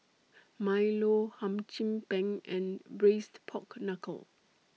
Milo Hum Chim Peng and Braised Pork Knuckle